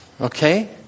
Okay